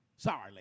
Sorry